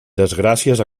desgràcies